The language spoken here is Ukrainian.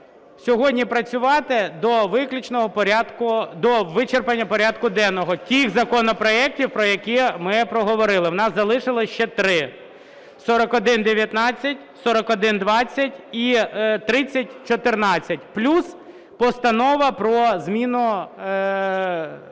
сьогодні працювати до вичерпання порядку денного тих законопроектів, про які ми проговорили. В нас залишилось ще три: 4119, 4120 і 3014, плюс Постанова про зміну